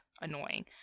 annoying